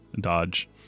dodge